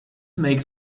makes